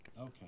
Okay